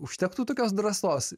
užtektų tokios drąsos